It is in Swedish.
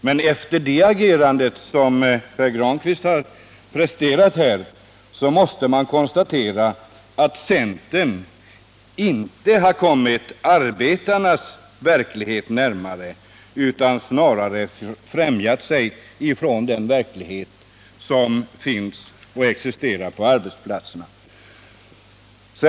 Men efter hans agerande här måste man konstatera att centern inte har kommit arbetarnas verklighet närmare, utan snarare fjärmat sig från verkligheten på arbetsplatserna.